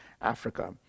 Africa